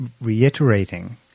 reiterating